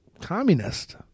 Communist